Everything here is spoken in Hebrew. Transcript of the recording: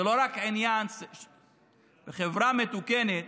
בחברה מתוקנת